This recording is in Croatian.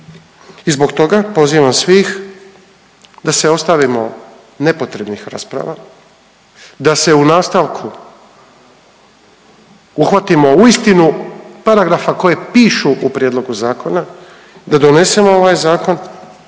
i zbog toga pozivam svih da se ostavimo nepotrebnih rasprava, da se u nastavku uhvatimo uistinu paragrafa koji pišu u prijedlogu zakona, da donesemo ovaj zakon